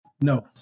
no